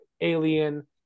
Alien